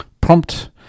prompt